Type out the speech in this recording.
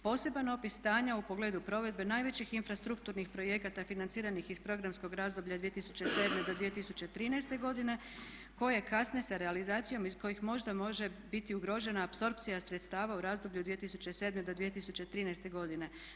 Poseban opis stanja u pogledu provedbe najvećih infrastrukturnih projekata financiranih iz programskog razdoblja 2007. do 2013. godine koje kasne sa realizacijom iz kojih možda može biti ugrožena apsorpcija sredstava u razdoblju od 2007. do 2013. godine.